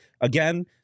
Again